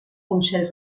consell